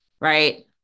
Right